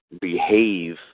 behave